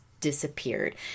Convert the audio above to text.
disappeared